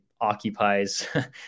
occupies